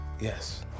Yes